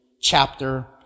chapter